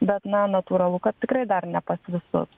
bet na natūralu kad tikrai dar ne pas visus